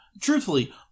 truthfully